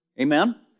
Amen